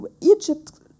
Egypt